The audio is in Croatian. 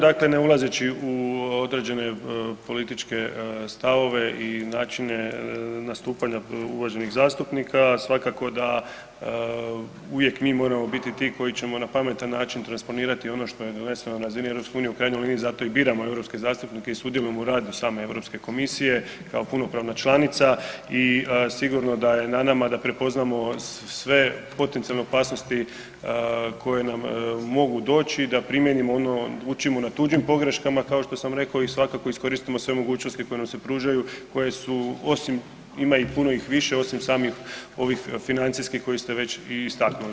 Dakle, ne ulazeći u određene političke stavove i načine nastupanja uvaženih zastupnika, svakako da uvijek mi moramo biti ti koji ćemo na pametan način transponirati ono što je doneseno na razini EU-a, u krajnjoj liniji zato i biramo europske zastupnike i sudjelujemo u radu same Europske komisije kao punopravna članica i sigurno je da je nama da prepoznamo sve potencijalne opasnosti koje nam mogu doći, da primijenimo ono, učimo na tuđim pogreškama kao što sam rekao i svakako iskoristimo sve mogućnosti koje nam se pružaju, koje su osim, ima ih puno i više osim samih ovih financijskih koje ste već i istaknuli.